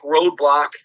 roadblock